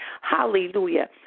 hallelujah